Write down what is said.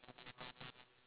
like and